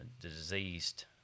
diseased